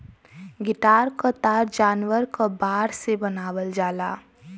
guitar क तार जानवर क बार से बनावल जाला